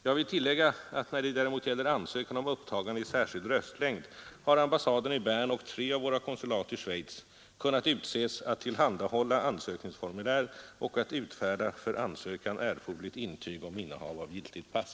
Jag vill tillägga att när det däremot gäller ansökan om upptagande i särskild röstlängd har ambassaden i Bern och tre av våra konsulat i Schweiz kunnat utses att tillhandahålla ansökningsformulär och att utfärda för ansökan erforderligt intyg om innehav av giltigt pass.